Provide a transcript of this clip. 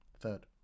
Third